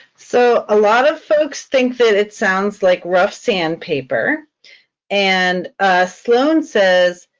so a lot of folks think that it sounds like rough sandpaper and sloan says,